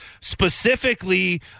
specifically